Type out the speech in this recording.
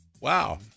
wow